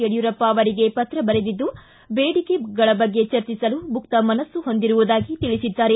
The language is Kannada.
ಯಡಿಯೂರಪ್ಪ ಅವರಿಗೆ ಪತ್ರ ಬರೆದಿದ್ದು ಬೇಡಿಕೆಗಳ ಬಗ್ಗೆ ಚರ್ಚಿಸಲು ಮುಕ್ತ ಮನಸ್ಸು ಹೊಂದಿರುವುದಾಗಿ ತಿಳಿಸಿದ್ದಾರೆ